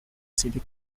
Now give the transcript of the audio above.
city